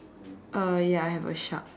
uh ya I have a shark